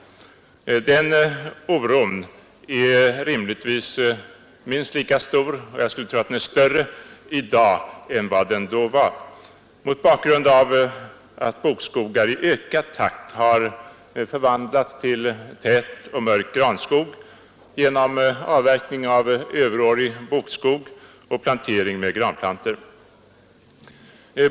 Den oron är rimligtvis minst lika stor, ja, jag skulle tro att den är större, i dag än den då var mot bakgrunden av att bokskogarna i ökad takt har förvandlats till tät och mörk granskog genom avverkning av överårig bokskog och plantering av gran.